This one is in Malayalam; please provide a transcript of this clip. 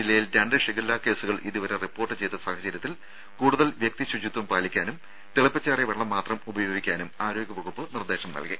ജില്ലയിൽ രണ്ട് ഷിഗല്ല കേസുകൾ ഇതുവരെ റിപ്പോർട്ട് ചെയ്ത സാഹചര്യത്തിൽ കൂടുതൽ വ്യക്തിശുചിത്വം പാലിക്കാനും തിളപ്പിച്ചാറിയ വെള്ളം മാത്രം ഉപയോഗിക്കാനും ആരോഗ്യവകുപ്പ് നിർദ്ദേശം നൽകി